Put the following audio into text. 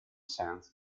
sent